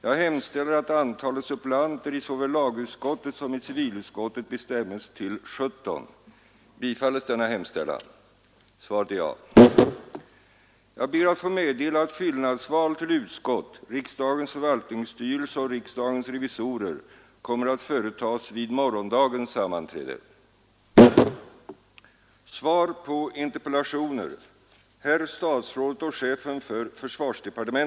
Jag hemställer att antalet suppleanter i såväl lagutskottet som civilutskottet bestämmes till 17.